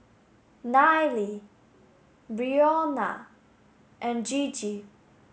Nile Brionna and Gigi